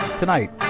tonight